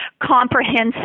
comprehensive